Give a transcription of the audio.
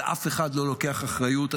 ואף אחד לא לוקח אחריות.